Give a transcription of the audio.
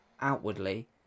outwardly